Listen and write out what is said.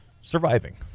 Surviving